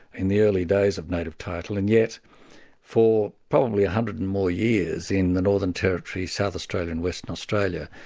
in the early days of native title, and yet for probably one ah hundred and more years in the northern territory, south australia and western australia,